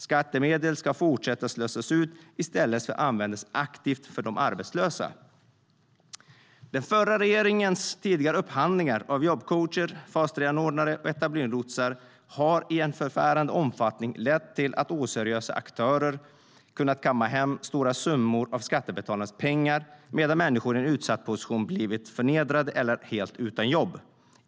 Skattemedel ska fortsätta att slösas, i stället för att användas aktivt för de arbetslösa. Den förra regeringens tidigare upphandlingar av jobbcoacher, fas 3-anordnare och etableringslotsar har i en förfärande omfattning lett till att oseriösa aktörer kunnat kamma hem stora summor av skattebetalarnas pengar medan människor i en utsatt position blivit förnedrade eller helt utan jobb.